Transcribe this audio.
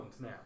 now